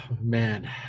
man